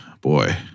boy